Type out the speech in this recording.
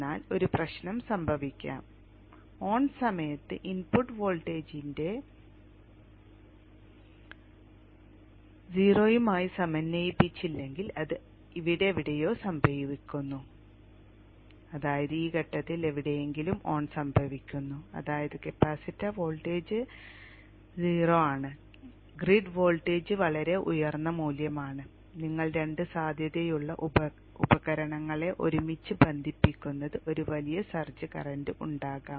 എന്നാൽ ഒരു പ്രശ്നം സംഭവിക്കാം ഓൺ സമയത്ത് ഇൻപുട്ട് വോൾട്ടേജിന്റെ 0 മായി സമന്വയിപ്പിച്ചില്ലെങ്കിൽ അത് ഇവിടെ എവിടെയോ സംഭവിക്കുന്നു അതായത് ഈ ഘട്ടത്തിൽ എവിടെയെങ്കിലും ഓൺ സംഭവിക്കുന്നു അതായത് കപ്പാസിറ്റർ വോൾട്ടേജ് 0 ആണ് ഗ്രിഡ് വോൾട്ടേജ് വളരെ ഉയർന്ന മൂല്യമാണ് നിങ്ങൾ രണ്ട് സാധ്യതയുള്ള ഉപകരണങ്ങളെ ഒരുമിച്ച് ബന്ധിപ്പിക്കുന്നത് ഒരു വലിയ സർജ് കറന്റ് ഉണ്ടാകാം